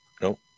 Nope